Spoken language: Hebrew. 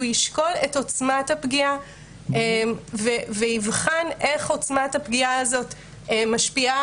ישקול את עוצמת הפגיעה ויבחן איך עוצמת הפגיעה הזאת משפיעה